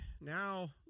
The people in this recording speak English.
now